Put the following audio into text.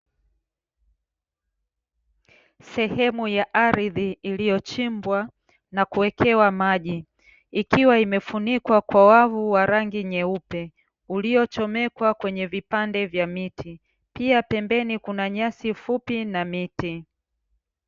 Sehemu ya ardhi iliyochimbwa na kuwekewa maji, ikiwa imefunikwa kwa wavu wa rangi nyeupe uliochomekwa kwenye vipande vya miti. Pia pembeni kuna nyasi fupi na miti.